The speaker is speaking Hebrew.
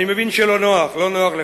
אני מבין שלא נוח לך,